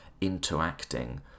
interacting